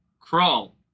Crawl